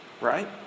Right